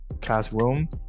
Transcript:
classroom